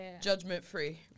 judgment-free